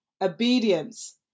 obedience